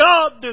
God